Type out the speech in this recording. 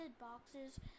boxes